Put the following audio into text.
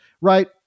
Right